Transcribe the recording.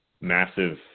massive